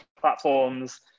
platforms